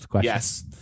Yes